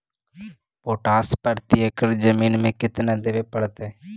Potash प्रति एकड़ जमीन में केतना देबे पड़तै?